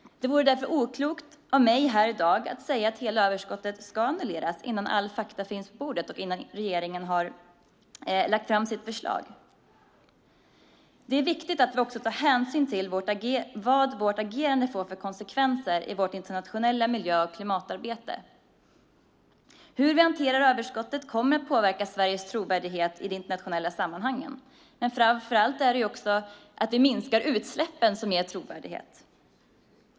Det vore därför oklokt av mig här i dag att säga att hela överskottet ska annulleras innan alla fakta finns på bordet och innan regeringen har lagt fram sitt förslag. Det är viktigt att vi också tar hänsyn till vad vårt agerande får för konsekvenser i vårt internationella miljö och klimatarbete. Hur vi hanterar överskottet kommer att påverka Sveriges trovärdighet i de internationella sammanhangen, men framför allt är det att vi minskar utsläppen som ger trovärdighet.